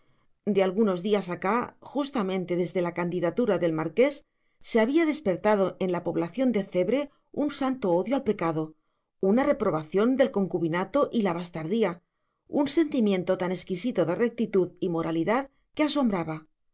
de algunos días acá justamente desde la candidatura del marqués se había despertado en la población de cebre un santo odio al pecado una reprobación del concubinato y la bastardía un sentimiento tan exquisito de rectitud y moralidad que asombraba